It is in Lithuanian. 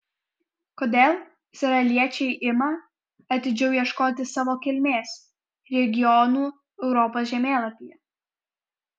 kodėl izraeliečiai ima atidžiau ieškoti savo kilmės regionų europos žemėlapyje